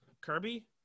Kirby